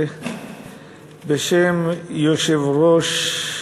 בשם יושב-ראש,